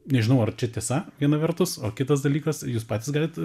nežinau ar čia tiesa viena vertus o kitas dalykas jūs patys galit